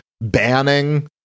banning